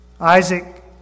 Isaac